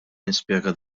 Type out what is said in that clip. nispjega